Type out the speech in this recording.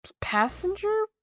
passenger